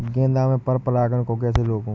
गेंदा में पर परागन को कैसे रोकुं?